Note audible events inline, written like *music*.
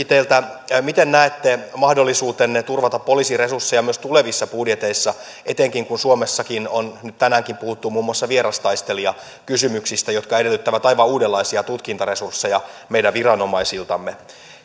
*unintelligible* teiltä miten näette mahdollisuutenne turvata poliisin resursseja myös tulevissa budjeteissa etenkin kun suomessakin on nyt tänäänkin puhuttu muun muassa vierastaistelijakysymyksistä jotka edellyttävät aivan uudenlaisia tutkintaresursseja meidän viranomaisiltamme